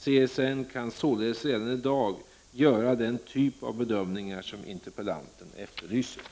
CSN kan således redan i dag göra den typ av bedömningar som interpellanten efterlyser.